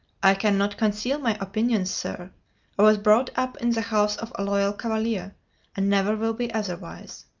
i can not conceal my opinions, sir i was brought up in the house of a loyal cavalier, and never will be otherwise.